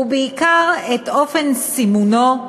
ובעיקר את אופן סימונו,